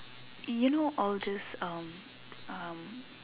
you know all these um um